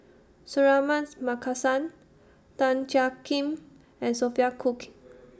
Suratman's Markasan Tan Jiak Kim and Sophia Cooke